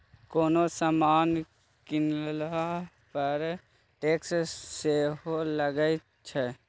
कोनो समान कीनला पर टैक्स सेहो लगैत छै